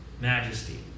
majesty